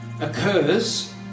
occurs